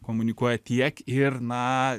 komunikuoja tiek ir na